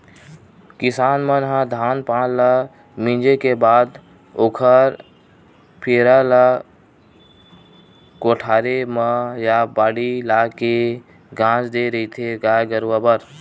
किसान मन ह धान पान ल मिंजे के बाद ओखर पेरा ल कोठारे म या बाड़ी लाके के गांज देय रहिथे गाय गरुवा बर